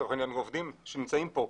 לצורך העניין עובדים שנמצאים פה,